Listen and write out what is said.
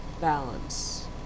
balance